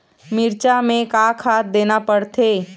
मिरचा मे का खाद देना पड़थे?